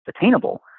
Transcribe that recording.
attainable